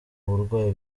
uburwayi